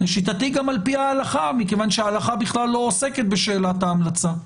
ולשיטתי גם על פי ההלכה מכיוון שההלכה בכלל לא עוסקת בשאלת ההמלצה.